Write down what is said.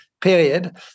period